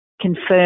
confirm